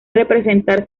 representar